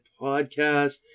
podcast